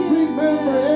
remember